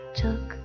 took